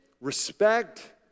respect